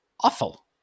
awful